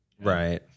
Right